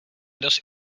dost